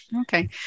Okay